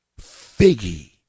Figgy